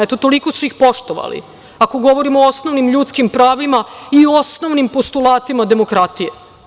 Eto, toliko su ih poštovali, ako govorimo o osnovnim ljudskim pravima i osnovim postulatima demokratije.